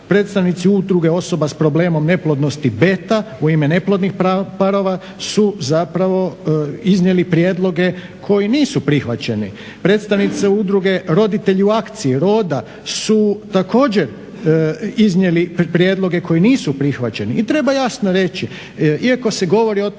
predstavnici Udruge s problemom neplodnosti "Beta2 u ime neplodnih parova su iznijeli prijedloge koji nisu prihvaćeni. Predstavnici Udruge Roditelji u akciji "Roda" su također iznijeli prijedloge koji nisu prihvaćeni. I treba jasno reći, iako se govori o tome